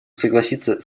согласиться